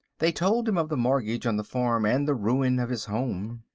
they told him of the mortgage on the farm and the ruin of his home.